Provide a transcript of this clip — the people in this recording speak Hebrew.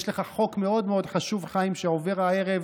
יש לך חוק מאוד מאוד חשוב, חיים, שעובר הערב,